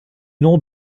nom